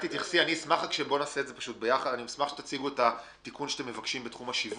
את רוצה להגיד עוד משהו על עניין גובה האגרות?